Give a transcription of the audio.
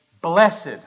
blessed